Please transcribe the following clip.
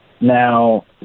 Now